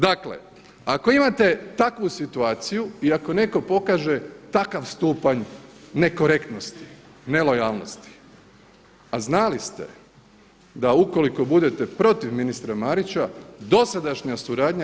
Dakle, ako imate takvu situaciju i ako neko pokaže takav stupanj nekorektnosti, nelojalnosti, a znali ste da ukoliko budete protiv ministra Marića, dosadašnja suradnja